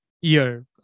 year